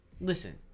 listen